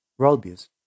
worldviews